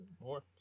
more